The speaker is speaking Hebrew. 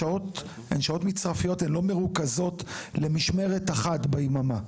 השעות הן מצרפיות; הן לא מרוכזות למשמרת אחת ביממה.